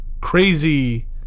crazy